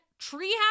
treehouse